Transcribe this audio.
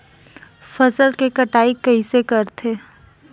फसल के कटाई कइसे करथे?